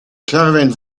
caravan